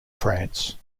france